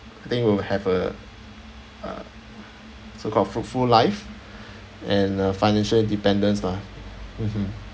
then you will have a uh so called fruitful life and uh financial independence lah mmhmm